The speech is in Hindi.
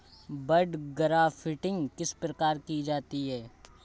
बड गराफ्टिंग किस प्रकार की जाती है?